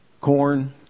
corn